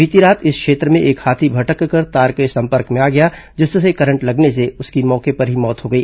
बीती रात इस क्षेत्र में एक हाथी भटककर तार के संपर्क में आ गया जिससे करंट लगने से मौके पर ही उसकी मौत हो गई